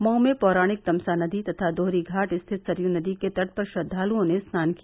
मऊ में पौराणिक तमसा नदी तथा दोहरी घाट स्थित सरयू नदी के तट पर श्रद्वालुओं ने स्नान किया